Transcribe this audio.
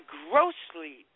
grossly